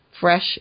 fresh